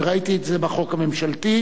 וראיתי את זה בחוק הממשלתי,